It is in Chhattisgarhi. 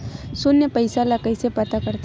शून्य पईसा ला कइसे पता करथे?